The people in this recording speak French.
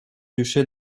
duché